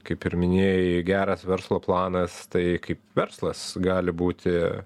kaip ir minėjai geras verslo planas tai kaip verslas gali būti